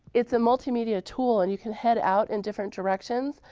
it's a multimedia tool and you can head out in different directions.